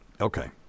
Okay